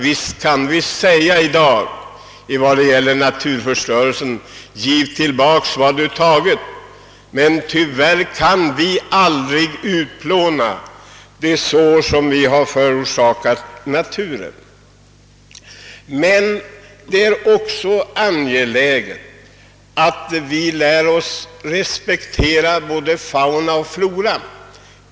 Visst kan vi i dag på tal om naturförstörelsen säga: »Giv tillbaka vad du tagit!», men tyvärr kan vi aldrig utplåna de sår som vi har vållat i naturen. Det är vidare nödvändigt att vi lär oss respektera både fauna och flora.